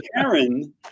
Karen